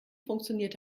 funktioniert